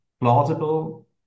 plausible